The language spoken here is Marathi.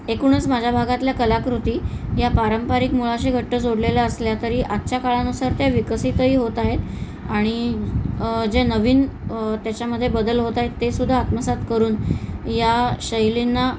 एकूणच माझ्या भागातल्या कलाकृती या पारंपरिक मुळाशी घट्ट जोडलेल्या असल्या तरी आजच्या काळानुसार त्या विकसितही होत आहेत आणि जे नवीन त्याच्यामध्ये बदल होत आहेत तेसुद्धा आत्मसात करून या शैलींना